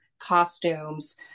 costumes